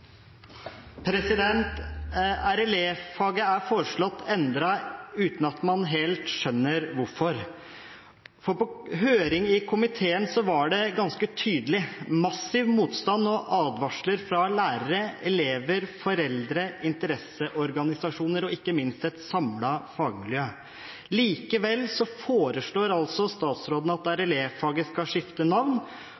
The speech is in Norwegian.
for replikkordskifte. RLE-faget er foreslått endret uten at man helt skjønner hvorfor. For på høring i komiteen var det ganske tydelig massiv motstand og advarsler fra lærere, elever, foreldre, interesseorganisasjoner og ikke minst et samlet fagmiljø. Likevel foreslår altså statsråden at RLE-faget skal skifte navn,